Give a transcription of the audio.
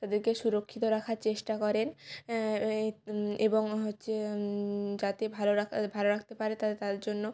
তাদেরকে সুরক্ষিত রাখার চেষ্টা করেন এবং হচ্ছে যাতে ভালো রাখার ভালো রাকতে পারে তাদের জন্য